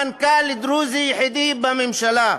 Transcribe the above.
מנכ"ל דרוזי יחידי בממשלה,